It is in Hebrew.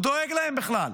שהוא דואג להם בכלל: